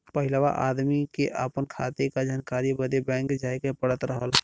पहिलवा आदमी के आपन खाते क जानकारी बदे बैंक जाए क पड़त रहल